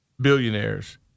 billionaires